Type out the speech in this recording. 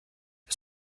das